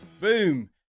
Boom